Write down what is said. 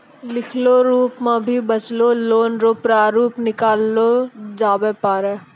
लिखलो रूप मे भी बचलो लोन रो प्रारूप निकाललो जाबै पारै